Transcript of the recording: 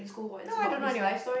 no I don't know anyone